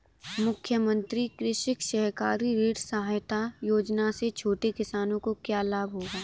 मुख्यमंत्री कृषक सहकारी ऋण सहायता योजना से छोटे किसानों को क्या लाभ होगा?